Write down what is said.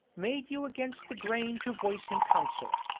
made you against the grain to voice him consul.